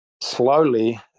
slowly